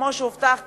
כמו שהובטח,